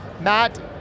Matt